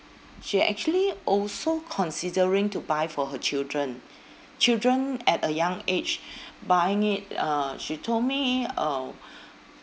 she actually also considering to buy for her children children at a young age buying it uh she told me uh